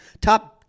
top